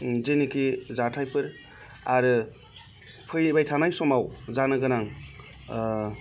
जेनाखि जाथाइफोर आरो फैबाय थानाय समाव जानो गोनां